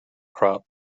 crop